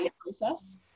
process